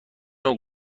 نوع